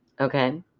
Okay